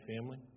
family